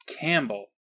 campbell